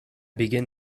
begin